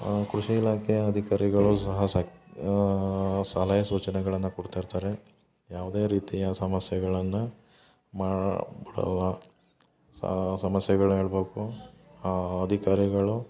ಆಂ ಕೃಷಿ ಇಲಾಖೆಯ ಅಧಿಕಾರಿಗಳು ಸಹ ಸಕ್ ಸಲಹೆ ಸೂಚನೆಗಳನ್ನ ಕೊಡ್ತಾಯಿರ್ತಾರೆ ಯಾವುದೇ ರೀತಿಯ ಸಮಸ್ಯೆಗಳನ್ನ ಮಾಡಲ್ಲ ಸಮಸ್ಯೆಗಳು ಹೇಳಬೇಕು ಆ ಅಧಿಕಾರಿಗಳು